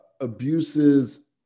abuses